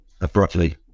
abruptly